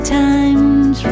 times